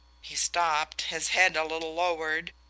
he stopped, his head a little lowered,